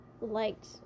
liked